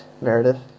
meredith